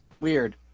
Weird